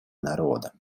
народа